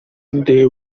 they